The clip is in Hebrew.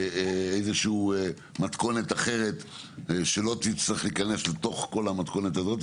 איזה שהיא מתכונת אחרת שלא תצטרך להיכנס לתוך כל המתכונת הזאת,